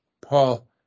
Paul